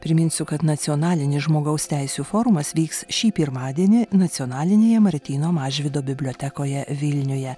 priminsiu kad nacionalinis žmogaus teisių forumas vyks šį pirmadienį nacionalinėje martyno mažvydo bibliotekoje vilniuje